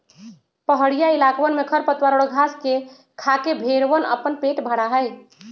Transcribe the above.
पहड़ीया इलाकवन में खरपतवार और घास के खाके भेंड़वन अपन पेट भरा हई